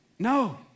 No